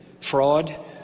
fraud